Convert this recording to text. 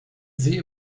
sehe